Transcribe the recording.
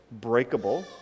breakable